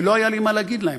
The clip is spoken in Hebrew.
ולא היה לי מה להגיד להם.